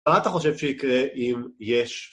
מה אתה חושב שיקרה אם יש?